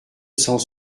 cent